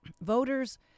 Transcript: voters—